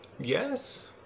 Yes